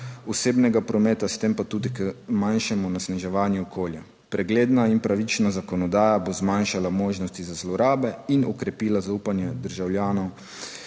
osebnega prometa, s tem pa tudi k manjšemu onesnaževanju okolja. Pregledna in pravična zakonodaja bo zmanjšala možnosti za zlorabe in okrepila zaupanje državljanov